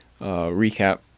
recap